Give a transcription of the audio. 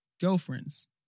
girlfriends